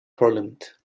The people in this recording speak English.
parliament